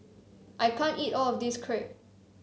I can't eat all of this crepe